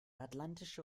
atlantische